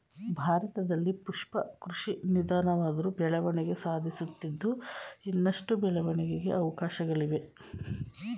ಭಾರತದಲ್ಲಿ ಪುಷ್ಪ ಕೃಷಿ ನಿಧಾನವಾದ್ರು ಬೆಳವಣಿಗೆ ಸಾಧಿಸುತ್ತಿದ್ದು ಇನ್ನಷ್ಟು ಬೆಳವಣಿಗೆಗೆ ಅವಕಾಶ್ಗಳಿವೆ